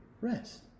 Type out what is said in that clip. Rest